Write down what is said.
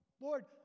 Lord